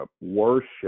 worship